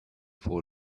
for